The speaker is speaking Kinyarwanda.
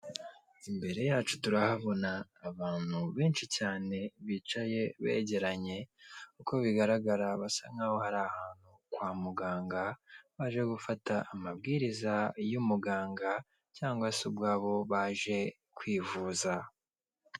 Imbere yacu turahabona abantu benshi cyane bicaye begeranye. Uko bigaragara basa nkaho bari ahantu kwa muganga baje gufata amabwiriza y'umuganga cyangwa se ubwabo baje kwivuza.